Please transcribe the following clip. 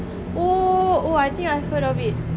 oh oh I think I've heard of it